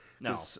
no